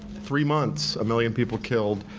three months, a million people killed.